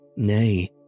Nay